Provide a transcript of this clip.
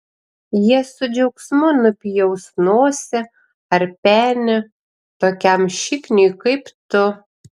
jie su džiaugsmu nupjaus nosį ar penį tokiam šikniui kaip tu